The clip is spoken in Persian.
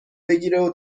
بگیره